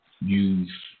Use